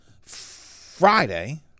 Friday